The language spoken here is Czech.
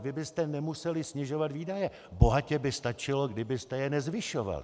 Vy byste nemuseli snižovat výdaje, bohatě by stačilo, kdybyste je nezvyšovali.